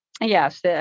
Yes